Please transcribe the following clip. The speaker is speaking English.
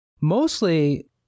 mostly